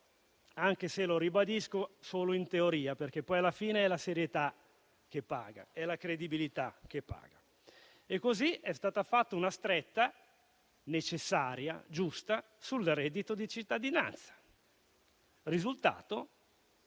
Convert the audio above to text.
anche se - lo ribadisco - solo in teoria, perché alla fine è la serietà che paga, è la credibilità che paga. Così è stata fatta una stretta necessaria e giusta sul reddito di cittadinanza, con